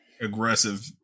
aggressive